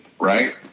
right